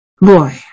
boy